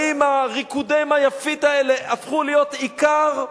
האם ריקודי "מה יפית" האלה הפכו להיות עיקר?